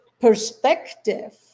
perspective